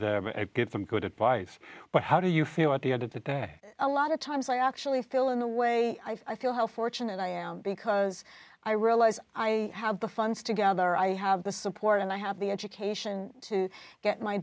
to get some good advice but how do you feel at the end of the day a lot of times i actually feel in the way i feel how fortunate i am because i realize i have the funds together i have the support and i have the education to get my